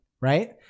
right